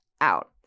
out